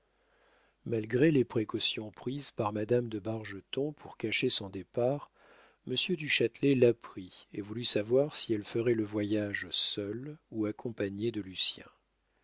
malgré les précautions prises par madame de bargeton pour cacher son départ monsieur du châtelet l'apprit et voulut savoir si elle ferait le voyage seule ou accompagné de lucien